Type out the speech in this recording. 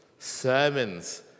sermons